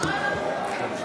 (קוראת בשמות חברי הכנסת)